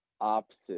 opposite